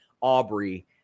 Aubrey